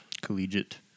Collegiate